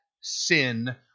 sin